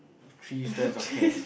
three strands of hair